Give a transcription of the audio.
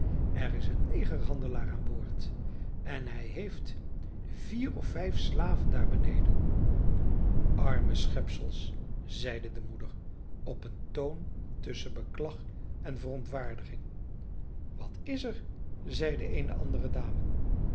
er is een negerhandelaar aan boord en hij heeft vier of vijf slaven daar beneden arme schepsels zeide de moeder op een toon tusschen beklag en verontwaardiging wat is er zeide eene andere dame